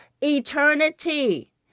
eternity